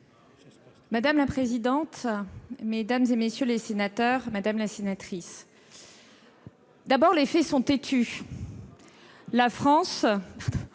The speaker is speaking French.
Madame la présidente, mesdames, messieurs les sénateurs, madame la sénatrice Harribey, les faits sont têtus : la France